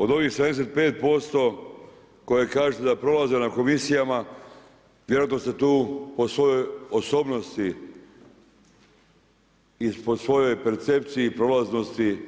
Od ovih 75% koje kažete da prolaze na komisijama vjerojatno ste tu o svojoj osobnosti i po svojoj percepciji prolaznosti